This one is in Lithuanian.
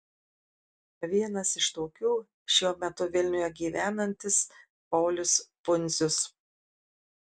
vienas iš tokių šiuo metu vilniuje gyvenantis paulius pundzius